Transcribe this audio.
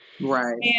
Right